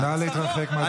נא להתרחק מהדוכן.